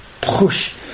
push